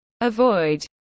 Avoid